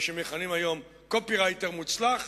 מה שמכנים היום קופירייטר מוצלח.